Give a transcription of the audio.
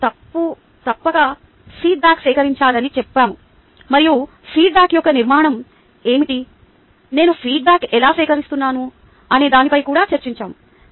మేము తప్పక ఫీడ్బ్యాక్ సేకరించాలని చెప్పాము మరియు ఫీడ్బ్యాక్ యొక్క నిర్మాణం ఏమిటి నేను ఫీడ్బ్యాక్ ఎలా సేకరిస్తాను అనే దానిపై కూడా చర్చించాము